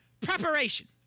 preparation